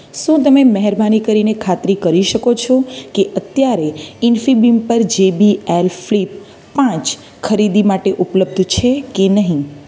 શું તમે મહેરબાની કરીને ખાતરી કરી શકો છો કે અત્યારે ઇન્ફીબીમ પર જેબીએલ ફ્લિપ પાંચ ખરીદી માટે ઉપલબ્ધ છે કે નહીં